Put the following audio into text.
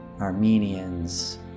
Armenians